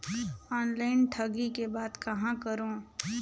Online ठगी के बाद कहां करों?